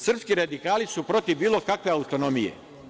Srpski radikali su protiv bilo kakve autonomije.